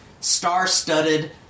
Star-studded